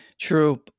True